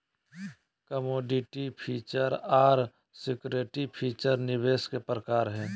commodity future आर security future निवेश के प्रकार हय